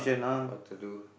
what to do